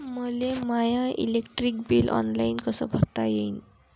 मले माय electric bill online कस भरता येईन?